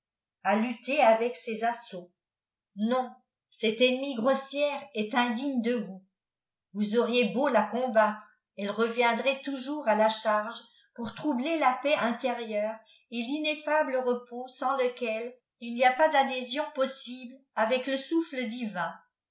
a lutter avec ses assauts non cette ennemie gro ière est indigne de tods vous aariex beau la combattre ile reviendiit toujours à la cliarge pour troubler la paii intérieure et rineffabto repos sans lequel il n'y a pas d'adhésion possible fivec le souffle iivin